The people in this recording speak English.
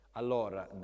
allora